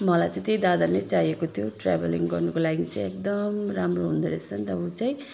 मलाई चाहिँ त्यही दादा नै चाहिएको थियो ट्राभलिङ गर्नुको लागि चाहिँ एकदम राम्रो हुँदो रहेछन् त ऊ चाहिँ